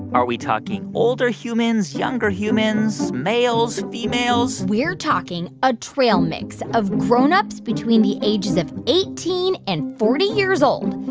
are we talking older humans, younger humans, males, females? we're talking a trail mix of grown-ups between the ages of eighteen and forty years old.